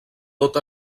tot